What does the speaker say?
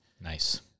nice